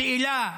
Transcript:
השאלה,